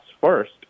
first